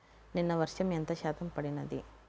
నిన్న వర్షము ఎంత శాతము పడినది?